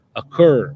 occur